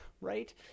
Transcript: right